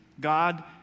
God